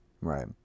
Right